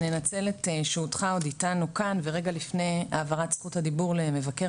ננצל את שהותך עוד איתנו כאן ורגע לפני העברת זכות הדיבור למבקר